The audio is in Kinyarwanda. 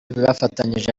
bafatanyije